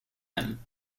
him